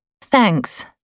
Thanks